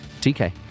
TK